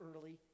early